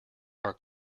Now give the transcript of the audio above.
are